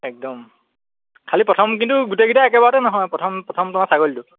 একদম খালি প্ৰথম কিন্তু গোটেইকেইটা একেবাৰতে নহয় প্ৰথম প্ৰথমটো আমাৰ ছাগলীটো